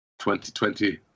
2020